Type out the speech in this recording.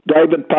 David